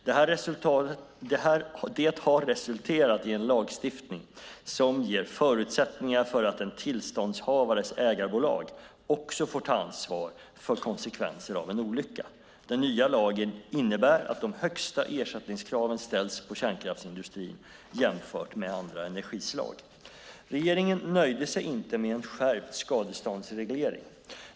Det har resulterat i en lagstiftning som ger förutsättningar för att en tillståndshavares ägarbolag också får ta ansvar för konsekvenserna av en olycka. Den nya lagen innebär att de högsta ersättningskraven ställs på kärnkraftsindustrin, jämfört med andra energislag. Regeringen nöjde sig inte med en skärpt skadeståndsreglering.